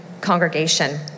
congregation